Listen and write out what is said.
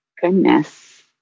Goodness